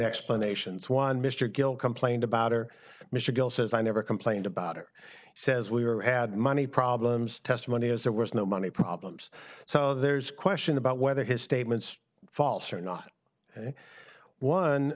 explanations one mr gill complained about or mr gill says i never complained about or says we are ad money problems testimony as there was no money problems so there's question about whether his statements false or not